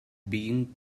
being